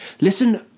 listen